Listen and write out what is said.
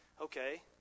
Okay